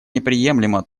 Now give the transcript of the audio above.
неприемлемо